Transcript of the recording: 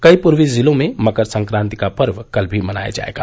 कई पूर्वी जिलों में मकर संक्रांति का पर्व कल भी मनाया जायेगा